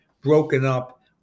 broken-up